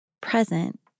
present